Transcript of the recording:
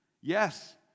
Yes